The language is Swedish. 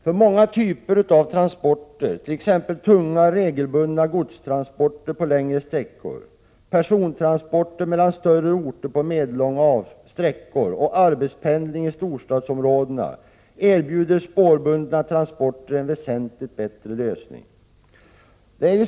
För många typer av transporter, t.ex. tunga, regelbundna godstransporter på längre sträckor, persontransporter mellan större orter på medellånga sträckor och arbetspendling i storstadsområdena, erbjuder spårbundna transporter en väsentligt bättre lösning.